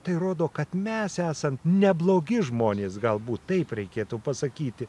tai rodo kad mes esam neblogi žmonės galbūt taip reikėtų pasakyti